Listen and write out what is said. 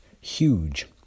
huge